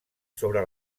sobre